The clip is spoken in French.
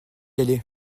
aller